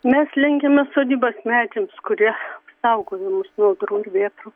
mes lenkiamės sodybos medžiams kurie saugojo mus nuo audrų ir vėtrų